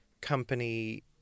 company